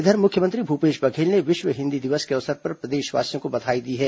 इधर मुख्यमंत्री भूपेश बघेल ने विश्व हिंदी दिवस के अवसर पर प्रदेशवासियों को बधाई दी है